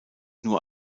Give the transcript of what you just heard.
nur